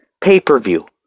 pay-per-view